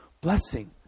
Blessing